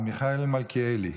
השר מיכאל מלכיאלי,